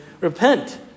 Repent